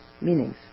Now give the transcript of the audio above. meanings